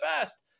best